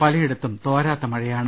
പലയിടത്തും തോരാത്ത മഴയാണ്